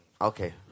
Okay